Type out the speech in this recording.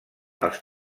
els